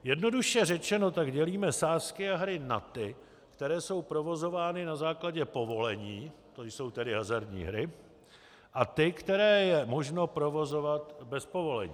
Jednoduše řečeno tak dělíme sázky a hry na ty, které jsou provozovány na základě povolení, to jsou tedy hazardní hry, a ty, které je možno provozovat bez povolení.